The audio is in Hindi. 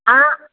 आ